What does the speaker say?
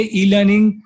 e-learning